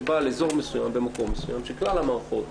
שבא על אזור מסוים במקום מסוים שכלל המערכות,